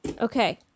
Okay